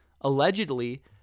allegedly